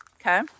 Okay